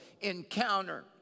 encounter